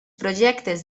projectes